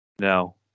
No